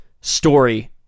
story